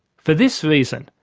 for this reason,